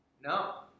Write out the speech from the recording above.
No